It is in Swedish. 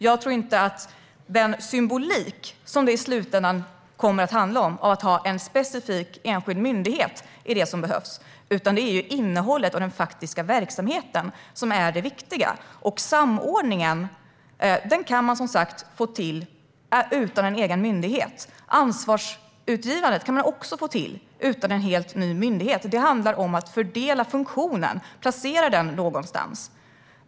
Jag tror inte att den symbolik som det i slutändan kommer att handla om med en specifik enskild myndighet är det som behövs. Det är innehållet och den faktiska verksamheten som är det viktiga. Samordningen kan man som sagt få till utan en egen myndighet. Ansvarsutgivandet kan man också få till utan en helt ny myndighet. Det handlar om att fördela funktionen och att placera den någonstans.